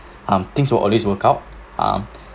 um things will always work out um